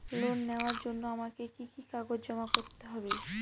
Loan নেওয়ার জন্য আমাকে কি কি কাগজ জমা করতে হবে?